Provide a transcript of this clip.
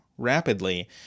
rapidly